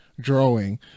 drawing